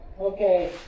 Okay